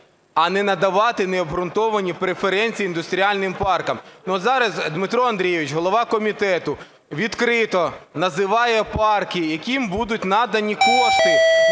а не надавати необґрунтовані преференції індустріальним паркам. Зараз Дмитро Андрійович, голова комітету, відкрито називає парки, яким будуть надані кошти.